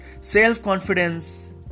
Self-confidence